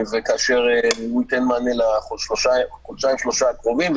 כאשר הוא ייתן מענה לחודשיים-שלושה הקרובים.